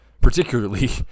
Particularly